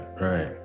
right